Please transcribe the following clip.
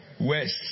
West